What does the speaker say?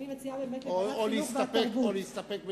או להסתפק בדברייך?